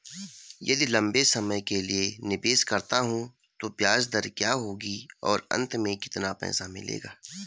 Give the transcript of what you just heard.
यदि लंबे समय के लिए निवेश करता हूँ तो ब्याज दर क्या होगी और अंत में कितना पैसा मिलेगा?